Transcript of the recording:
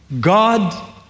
God